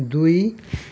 दुई